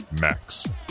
max